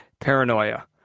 paranoia